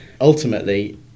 Ultimately